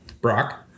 Brock